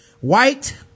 White